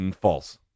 False